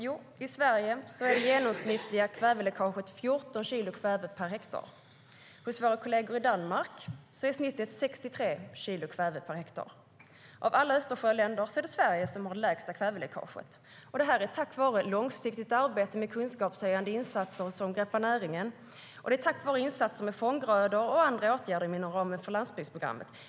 Jo, i Sverige är det genomsnittliga kväveläckaget 14 kilo kväve per hektar. Hos våra kolleger i Danmark är snittet 63 kilo kväve per hektar. Av alla Östersjöländer har Sverige det lägsta kväveläckaget. Det har vi tack vare ett långsiktigt arbete med kunskapshöjande insatser som greppar näringen och tack vare insatser med fånggrödor och andra åtgärder inom ramen för Landsbygdsprogrammet.